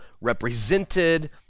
represented